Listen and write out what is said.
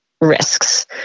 risks